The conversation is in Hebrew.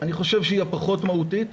אני חושב שהיא הפחות מהותית.